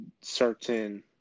certain